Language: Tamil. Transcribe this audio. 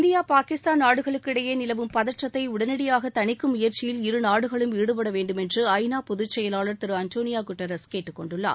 இந்தியா பாகிஸ்தான் நாடுகளுக்கு இடையே நிலவும் பதற்றத்தை உடனடியாக தணிக்கும் முயற்சியில் இருநாடுகளும் ஈடுபட வேண்டுமென்று ஐநா பொதுச் செயலாளர் திரு அன்டோனியோ குட்ரஸ் கேட்டுக் கொண்டுள்ளார்